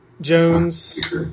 Jones